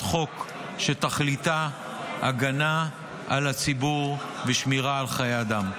החוק שתכליתה הגנה על הציבור ושמירה על חיי אדם.